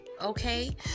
okay